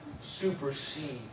supersede